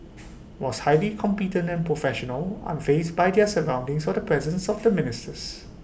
was highly competent and professional unfazed by their surroundings or the presence of the ministers